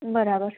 બરાબર